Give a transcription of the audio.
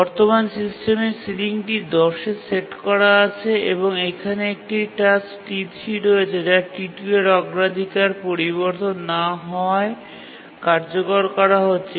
বর্তমান সিস্টেমের সিলিংটি ১০ এ সেট করা আছে এবং এখানে একটি টাস্ক T3 রয়েছে যা T2 এর অগ্রাধিকার পরিবর্তন না হওয়ায় কার্যকর করা হচ্ছে